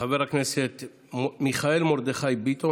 חבר הכנסת מיכאל מרדכי ביטון.